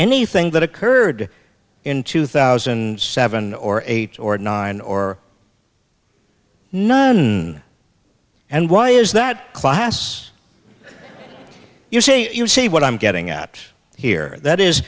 anything that occurred in two thousand and seven or eight or nine or none and why is that class you see you see what i'm getting at here that is